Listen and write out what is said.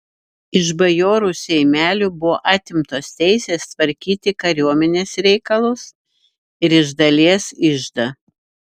iš bajorų seimelių buvo atimtos teisės tvarkyti kariuomenės reikalus ir iš dalies iždą